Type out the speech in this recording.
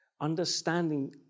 understanding